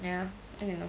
ya I don't know